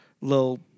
little